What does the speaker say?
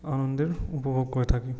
আনন্দের উপভোগ করে থাকি